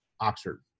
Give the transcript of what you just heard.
Oxford